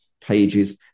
pages